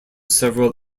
several